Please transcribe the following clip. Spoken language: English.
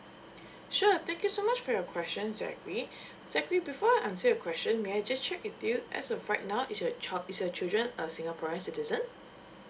sure thank you so much for your questions zachary zachary before I answer your question may I just check with you as of right now is your child is your children a singaporean citizen